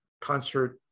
concert